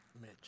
Mitch